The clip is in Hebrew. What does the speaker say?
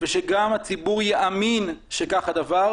ושגם הציבור יאמין שכך הדבר.